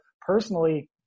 personally